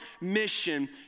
mission